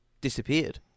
disappeared